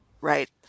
right